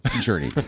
journey